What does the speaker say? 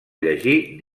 llegir